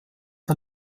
der